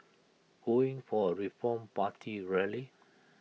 going for A reform party rally